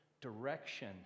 direction